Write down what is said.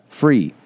free